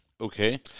Okay